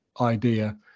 idea